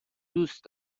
دوست